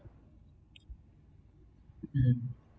mm